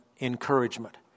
encouragement